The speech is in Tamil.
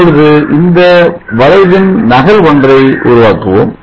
இப்பொழுது இந்த வளைவின் நகல் ஒன்றை உருவாக்குவோம்